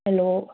hello